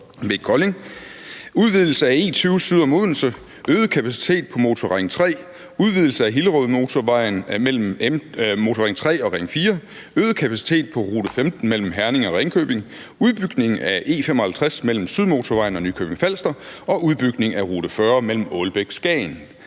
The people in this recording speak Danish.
ved Kolding, udvidelse af E20 syd om Odense, øget kapacitet på Motorring 3, udvidelse af Hillerødmotorvejen mellem Motorring 3 og Motorring 4, øget kapacitet på rute 15 mellem Herning og Ringkøbing, udbygning af E55 mellem Sydmotorvejen og Nykøbing Falster og udbygning af rute 40 mellem Ålbæk og Skagen.